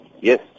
Yes